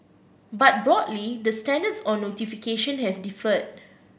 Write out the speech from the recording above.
but broadly the standards on notification have differed